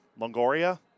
Longoria